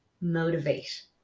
motivate